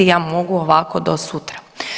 Ja mogu ovako do sutra.